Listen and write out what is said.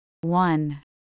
One